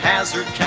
Hazard